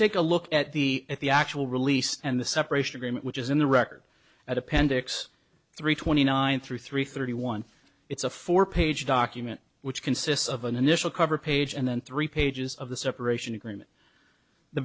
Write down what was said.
take a look at the at the actual release and the separation agreement which is in the record at appendix three twenty nine through three thirty one it's a four page document which consists of an initial cover page and then three pages of the separation agreement the